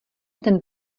ten